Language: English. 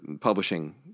publishing